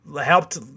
helped